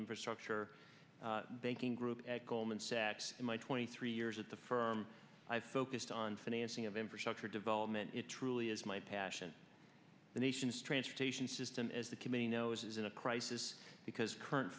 infrastructure banking group at goldman sachs and my twenty three years at the firm i focused on financing of infrastructure development it truly is my passion the nation's transportation system as the camino is in a crisis because current